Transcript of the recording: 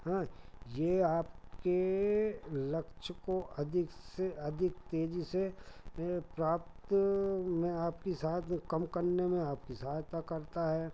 हाँ यह आपके लक्ष्य को अधिक से अधिक तेज़ी से प्राप्त में आपकी साथ कम करने में आपकी सहायता करता है